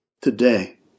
today